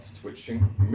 Switching